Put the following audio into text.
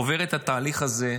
עובר את התהליך הזה.